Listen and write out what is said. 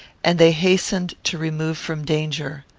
and they hastened to remove from danger.